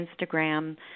Instagram